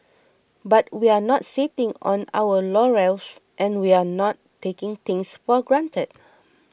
but we're not sitting on our laurels and we're not taking things for granted